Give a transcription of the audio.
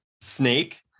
snake